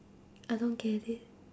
I don't get it